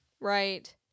right